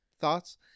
thoughts